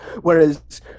whereas